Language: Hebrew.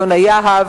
יונה יהב,